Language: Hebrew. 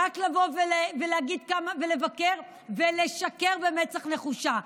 רק לבוא ולהגיד כמה, ולבקר ולשקר במצח נחושה.